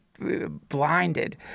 Blinded